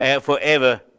forever